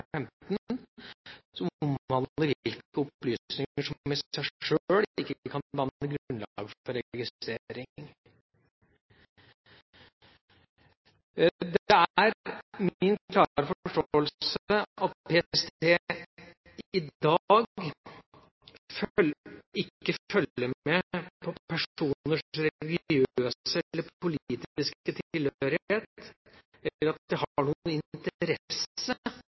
omhandler hvilke opplysninger som i seg sjøl ikke kan danne grunnlag for registrering. Det er min klare forståelse at PST i dag ikke følger med på personers religiøse eller politiske tilhørighet, eller at de har noen